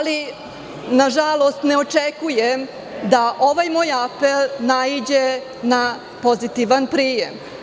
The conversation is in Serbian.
Nažalost, ne očekujem da ovaj moj apel naiđe na pozitivan prijem.